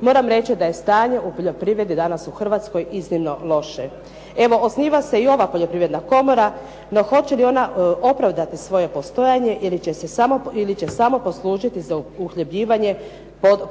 moram reći da je stanje u poljoprivredi danas u Hrvatskoj iznimno loše. Evo, osniva se i ova Poljoprivredna komora, no hoće li ona opravdati svoje postojanje ili će se samo poslužiti za uhljebljivanje